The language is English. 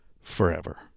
Forever